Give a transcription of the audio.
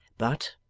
but,